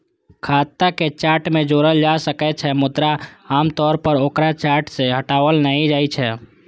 खाता कें चार्ट मे जोड़ल जा सकै छै, मुदा आम तौर पर ओकरा चार्ट सं हटाओल नहि जाइ छै